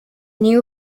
new